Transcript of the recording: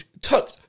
Touch